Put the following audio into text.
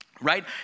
right